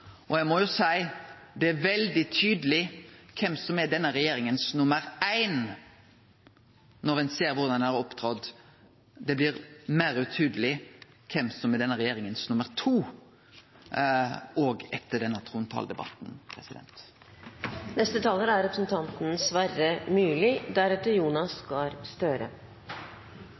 og eg må seie det er veldig tydeleg kven som er denne regjeringa sin nummer 1 når ein ser korleis ein har opptredd. Det blir meir utydeleg kven som er denne regjeringa sin nummer 2, òg etter denne trontaledebatten.